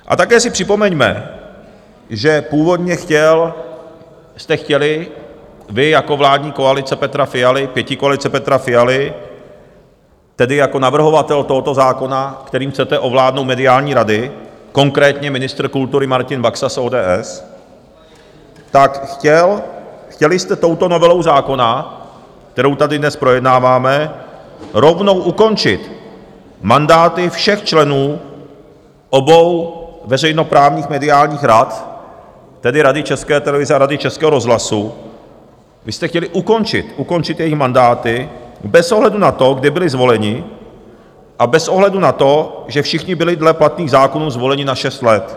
A také si připomeňme, že původně jste chtěli vy jako vládní koalice Petra Fialy, pětikoalice Petra Fialy, tedy jako navrhovatel tohoto zákona, kterým chcete ovládnout mediální rady, konkrétně ministr kultury Martin Baxa z ODS, tak chtěli jste touto novelou zákona, kterou tady dnes projednáváme, rovnou ukončit mandáty všech členů obou veřejnoprávních mediálních rad, tedy Rady České televize a Rady Českého rozhlasu, vy jste chtěli ukončit, ukončit jejich mandáty bez ohledu na to, kdy byli zvoleni, a bez ohledu na to, že všichni byli dle platných zákonů zvoleni na šest let.